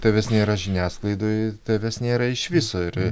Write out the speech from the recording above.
tavęs nėra žiniasklaidoje tavęs nėra iš viso ir